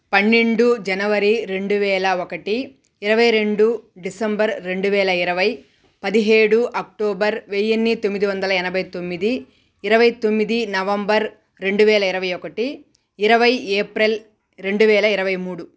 పన్నెండు జనవరి రెండు వేల ఒకటి ఇరవై రెండు డిసెంబర్ రెండు వేల ఇరవై పదిహేడు అక్టోబర్ వెయ్యిన్ని తొమ్మిది వందల ఎనభై తొమ్మిది ఇరవై తొమ్మిది నవంబర్ రెండు వేల ఇరవై ఒకటి ఇరవై ఏప్రిల్ రెండు వేల ఇరవై మూడు